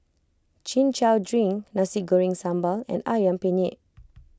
Chin Chow Drink Nasi Goreng Sambal and Ayam Penyet